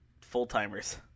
full-timers